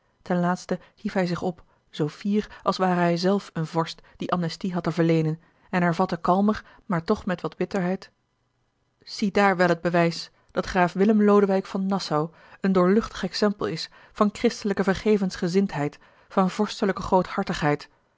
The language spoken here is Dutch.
ten laatste hief hij zich op zoo fier als ware hij zelf een vorst die amnestie had te verleenen en hervatte kalmer maar toch met wat bitterheid ziedaar wel het bewijs dat graaf willem lodewijk van nassau een doorluchtig exempel is van christelijke vergevensgezindheid van vorstelijke